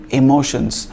emotions